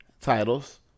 titles